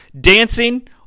dancing